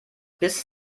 bis